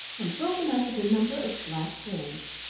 and broken up with a number of black holes.